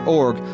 org